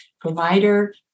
provider